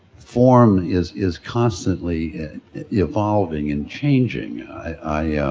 form is is constantly evolving and changing. i